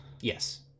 Yes